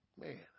man